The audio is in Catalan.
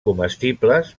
comestibles